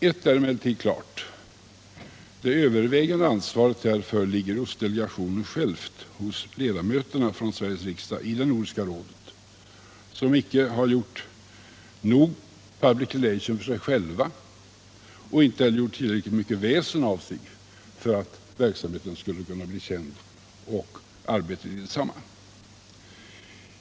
Ett är klart: det övervägande ansvaret därför ligger hos delegationen själv, hos de svenska riksdagsledamöterna i Nordiska rådet som icke har gjort nog PR för sig själva och inte heller gjort tillräckligt mycket väsen av sig för att verksamheten skall bli känd liksom arbetet i rådet.